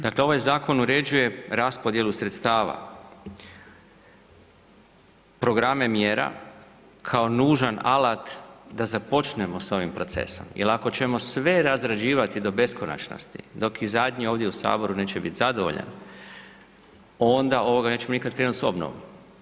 Dakle, ovaj zakon uređuje raspodjelu sredstava, programe mjera, kao nužan alat da započnemo s ovim procesom jer ako ćemo sve razrađivati do beskonačnosti, dok i zadnji ovdje u Saboru neće biti zadovoljan, onda nećemo nikad skrenuti s obnovom.